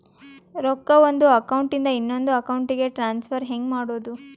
ರೊಕ್ಕ ಒಂದು ಅಕೌಂಟ್ ಇಂದ ಇನ್ನೊಂದು ಅಕೌಂಟಿಗೆ ಟ್ರಾನ್ಸ್ಫರ್ ಹೆಂಗ್ ಮಾಡೋದು?